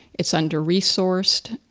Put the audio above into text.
it's under resourced.